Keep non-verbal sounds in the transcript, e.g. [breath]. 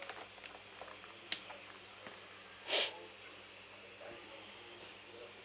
[breath]